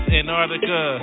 Antarctica